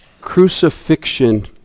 Crucifixion